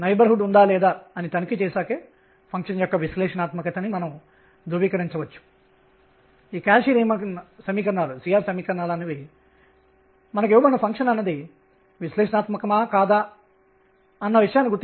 ఇప్పుడు కణం కూడా r దిశలో మోషన్ గమనం చేయగల అవకాశాన్ని పరిశీలిస్తున్నాము